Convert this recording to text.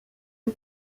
une